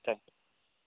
thank you